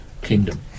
kingdom